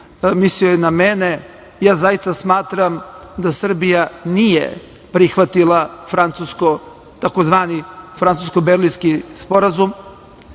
mislio je na mene. Zaista smatram da Srbije nije prihvatila tzv. francusko-berlinski sporazum.